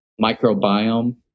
microbiome